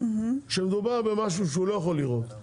כשמדובר במשהו שהוא לא יכול לראות,